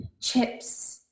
chips